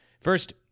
first